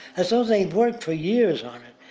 as though they'd worked for years on it.